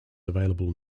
available